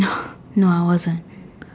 no I wasn't